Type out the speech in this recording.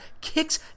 kicks